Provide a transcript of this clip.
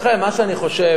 לכן, מה שאני חושב,